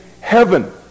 heaven